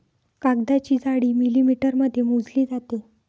कागदाची जाडी मिलिमीटरमध्ये मोजली जाते